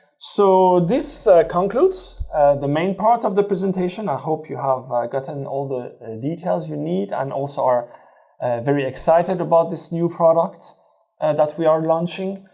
so, this concludes the main part of the presentation. i hope you have gotten all the details you need and also, are very excited about this new product and that we are launching.